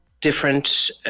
Different